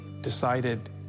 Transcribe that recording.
decided